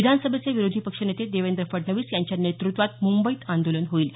विधानसभेचे विरोधी पक्षनेते देवेंद्र फडणवीस यांच्या नेतृत्वात मुंबईत आंदोलन होईल